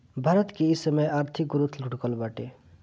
भारत के इ समय आर्थिक ग्रोथ लुढ़कल बाटे